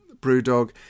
Brewdog